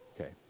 Okay